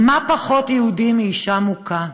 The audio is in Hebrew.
מה פחות יהודי מאישה מוכה?